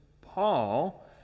Paul